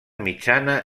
mitjana